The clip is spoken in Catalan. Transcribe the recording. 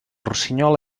rossinyol